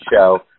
show